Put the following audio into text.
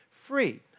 free